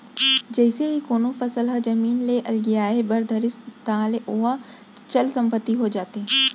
जइसे ही कोनो फसल ह जमीन ले अलगियाये बर धरिस ताहले ओहा चल संपत्ति हो जाथे